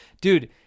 Dude